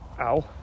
ow